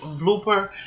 blooper